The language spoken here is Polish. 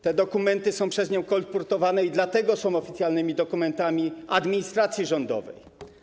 Te dokumenty są przez nią kolportowane i dlatego są oficjalnymi dokumentami administracji rządowej.